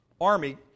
army